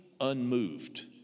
unmoved